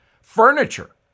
Furniture